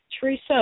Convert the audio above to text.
Teresa